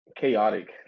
chaotic